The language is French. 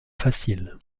facile